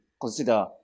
consider